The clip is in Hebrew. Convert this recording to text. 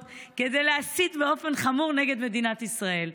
כדי להסית באופן חמור נגד מדינת ישראל.